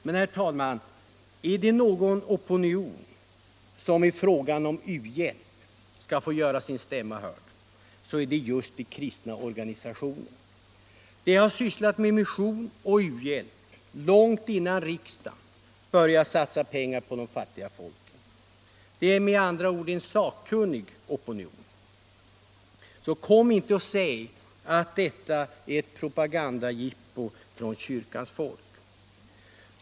Men, herr talman, är det någon opinion som i fråga om u-hjälp skall få göra sin stämma hörd, är det just de kristna organisationernas. De har sysslat med mission och u-hjälp långt innan riksdagen började satsa pengar för att hjälpa de fattiga folken. Det är med andra ord en sakkunnig opinion. Så kom inte och säg att detta är ett propagandajippo från kyrkans folk.